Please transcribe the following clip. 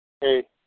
Hey